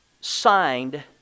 signed